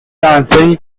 answering